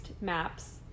Maps